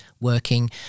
working